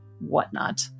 whatnot